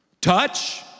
touch